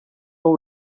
wowe